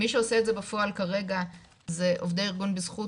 מי שעושה את זה בפועל כרגע זה עובדי ארגון בזכות,